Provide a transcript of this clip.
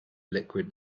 liquid